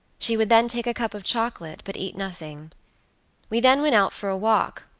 she would then take a cup of chocolate, but eat nothing we then went out for a walk,